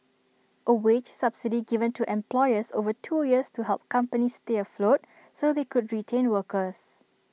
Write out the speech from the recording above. A wage subsidy given to employers over two years to help companies stay afloat so they could retain workers